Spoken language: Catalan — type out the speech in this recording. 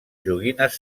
joguines